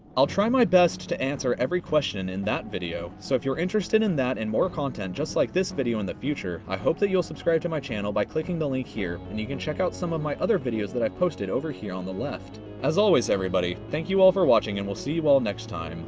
i'll try my best to answer every question in that video. so if you're interested in that and more content, just like this video, in the future, i hope that you'll subscribe to my channel by clicking the link here. and you can check out some of my other videos that i've posted over here on the left. as always, everybody, thank you all for watching, and we'll see you all next time.